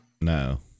No